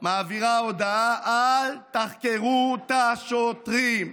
מעבירה הודעה: אל תחקרו את השוטרים.